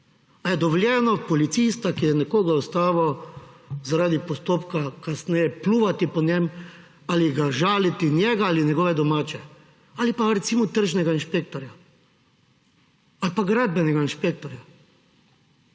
Ali je dovoljeno policista, ki je nekoga ustavil zaradi postopka, kasneje pljuvati ali žaliti njega ali njegove domače; ali pa recimo tržnega inšpektorja ali pa gradbenega inšpektorja.